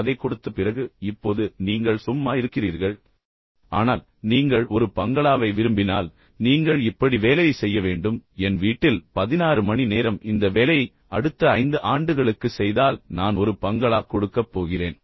அதைக் கொடுத்த பிறகு நீங்கள் தூண்டவில்லை என்றால் இப்போது நீங்கள் சும்மா இருக்கிறீர்கள் நீங்கள் எந்த வேலையும் செய்யவில்லை என்று சொன்னால் ஆனால் நீங்கள் ஒரு பங்களாவை விரும்பினால் நீங்கள் இப்படி வேலை செய்ய வேண்டும் என் வீட்டில் 16 மணி நேரம் இந்த வேலையை அடுத்த 5 ஆண்டுகளுக்கு செய்தால் நான் ஒரு பங்களா கொடுக்கப் போகிறேன்